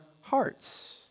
hearts